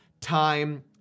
time